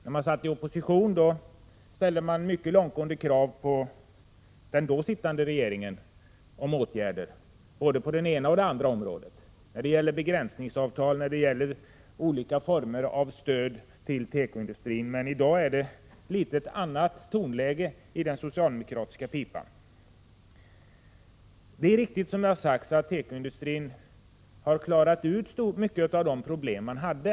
När man satt i opposition ställde man mycket långtgående krav på den då sittande regeringen om åtgärder på både det ena och det andra området — t.ex. när det gäller begränsningsavtal och olika former av stöd till tekoindustrin. I dag är det ett litet annat tonläge i den socialdemokratiska pipan. Det är riktigt att tekoindustrin har klarat av många av de problem den hade.